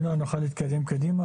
אם לא נוכל להתקדם.